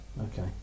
okay